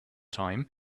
time